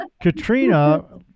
Katrina